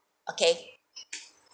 okay